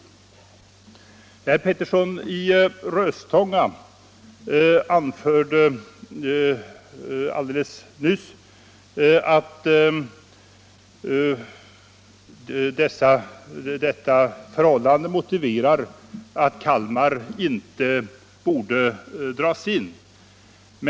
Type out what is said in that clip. Herr Petersson i Röstånga anförde nyss att de negativa konsekvenserna för Kalmar motiverar att flottiljen där inte borde dras in.